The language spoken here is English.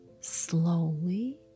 slowly